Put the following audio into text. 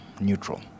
neutral